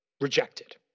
Rejected